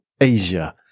Asia